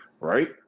right